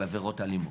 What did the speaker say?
על עבירות אלימות,